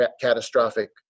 catastrophic